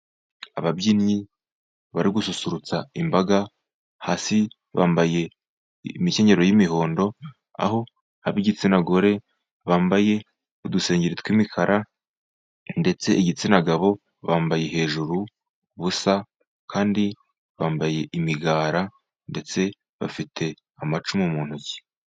Ababyinnyi bari gususurutsa imbaga. Hasi bambaye imikinyero y'imihondo, aho ab'igitsina gore bambaye udusengeri tw'imikara ndetse igitsina gabo bambaye hejuru ubusa, kandi bambaye imigara. Ndetse bafite amacumu mu ntoki.